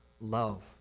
love